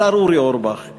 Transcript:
השר אורי אורבך,